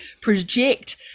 project